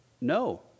no